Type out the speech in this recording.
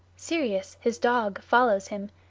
sirius, his dog, follows him,